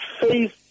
face